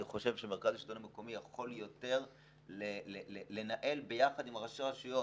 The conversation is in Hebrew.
אני חושב שמרכז השלטון המקומי יכול יותר לנהל ביחד עם ראשי הרשויות.